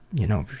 y'know,